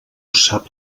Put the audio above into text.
sap